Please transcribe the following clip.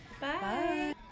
Bye